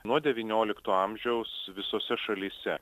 nuo devyniolikto amžiaus visose šalyse